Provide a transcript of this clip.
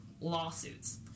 lawsuits